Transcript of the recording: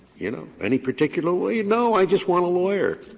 you know, any particular lawyer? no, i just want a lawyer.